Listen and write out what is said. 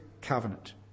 covenant